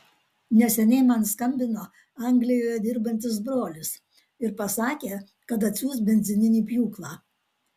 neseniai man skambino anglijoje dirbantis brolis ir pasakė kad atsiųs benzininį pjūklą